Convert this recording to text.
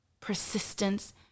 persistence